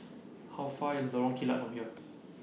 How Far IS Lorong Kilat from here